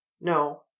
No